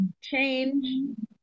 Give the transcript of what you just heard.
change